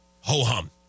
Ho-hum